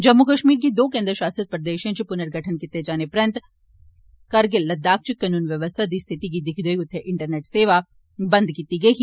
जम्मू कश्मीर गी दौं केन्द्र शासित प्रदेशें च पुर्णागठन कीते जाने परैन्त करगिल लद्दाख च कानून बवस्था दी स्थिति गी दिक्खदे होई उत्थे इंटरनेट सेवा बंद कीती गेई ही